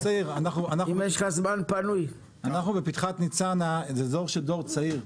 אם יש לך זמן פנוי --- אנחנו בפתחת ניצנה זה אזור של דור צעיר,